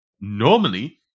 Normally